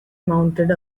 mounted